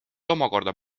omakorda